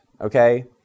okay